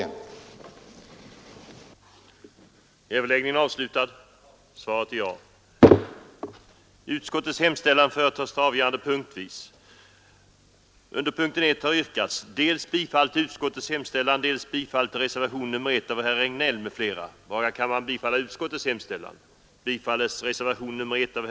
1. att arbetsgivare med mindre än 500 anställda fick möjlighet att för återlån utnyttja de ATP-avgifter, som inbetalats under loppet av de fem senast förflutna åren,